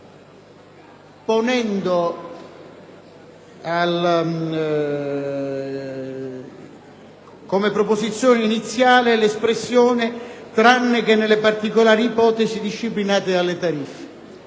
ponendo come proposizione iniziale l'espressione: «tranne che nelle particolari ipotesi disciplinate dalle tariffe».